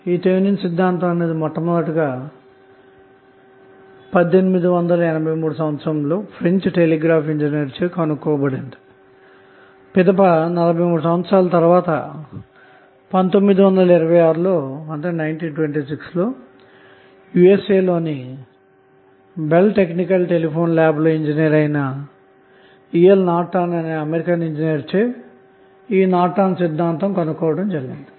ఈ థేవినిన్ సిద్ధాంతం అన్నది మొట్ట మొదటగా 1883 లో ఫ్రెంచ్ టెలిగ్రాఫ్ ఇంజనీర్ చే కనుగొనబడింది పిదప 43 సంవత్సరాల తర్వాత 1926 లో USA లోని బెల్ టెక్నికల్ టెలిఫోన్ ల్యాబ్లో లో ఇంజనీర్ గా పని చేసే EL నార్టన్ అనే అమెరికన్ ఇంజనీర్ చే నార్టన్ సిద్ధాంతం కనుగొనబడింది